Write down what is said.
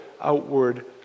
outward